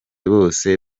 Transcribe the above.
bose